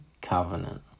covenant